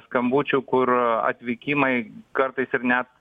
skambučių kur atvykimai kartais ir net